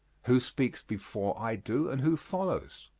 who speaks before i do and who follows?